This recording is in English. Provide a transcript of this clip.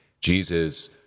Jesus